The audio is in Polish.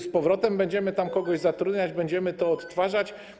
Z powrotem będziemy tam kogoś zatrudniać, będziemy to odtwarzać?